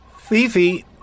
Fifi